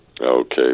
Okay